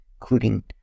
including